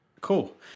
cool